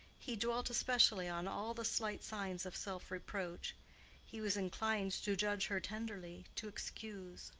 he dwelt especially on all the slight signs of self-reproach he was inclined to judge her tenderly, to excuse,